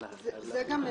נכון.